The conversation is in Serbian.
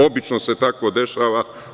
Obično se tako dešava.